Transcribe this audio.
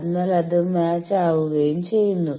അതിനാൽ അത് മാച്ച് ആകുകയും ചെയ്യുന്നു